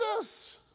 Jesus